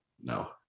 No